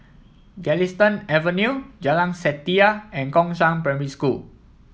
Galistan Avenue Jalan Setia and Gongshang Primary School